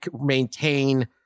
maintain